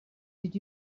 did